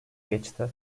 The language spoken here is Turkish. geçti